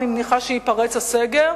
אני מניחה שייפרץ הסגר,